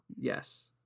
Yes